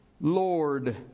Lord